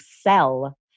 sell